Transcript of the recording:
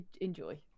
enjoy